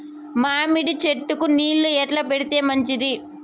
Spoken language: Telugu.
మామిడి చెట్లకు నీళ్లు ఎట్లా పెడితే మంచిది?